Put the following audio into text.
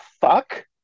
fuck